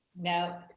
No